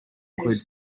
include